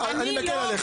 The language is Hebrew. אני מקל עליך.